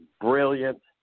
brilliant